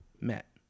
met